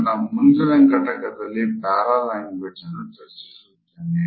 ನನ್ನ ಮುಂದಿನ ಘಟಕದಲ್ಲಿ ಪ್ಯಾರಾಲ್ಯಾಂಗ್ವೇಜ್ ಅನ್ನು ಚರ್ಚಿಸುತ್ತೇನೆ